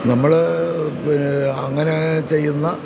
നമ്മൾ പിന്നെ അങ്ങനെ ചെയ്യുന്ന